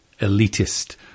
elitist